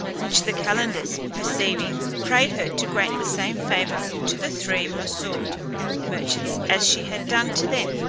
which the calenders perceiving, prayed her to grant the same favour to the three moussol merchants as she had done to them.